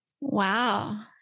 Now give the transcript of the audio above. Wow